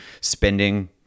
spending